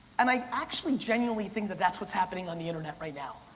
and i actually genuinely think that that's what's happening on the internet right now.